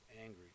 angry